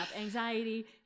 Anxiety